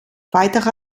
weitere